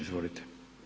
Izvolite.